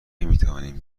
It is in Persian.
میتوانیم